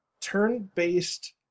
turn-based